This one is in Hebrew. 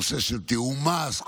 נושא של תיאום מס,